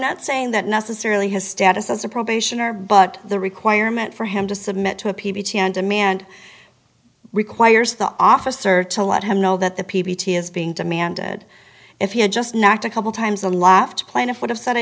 not saying that necessarily his status as a probation or but the requirement for him to submit to a p v t on demand requires the officer to let him know that the p b t is being demanded if he had just knocked a couple times on laughed plaintiff would have said i